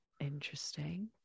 Interesting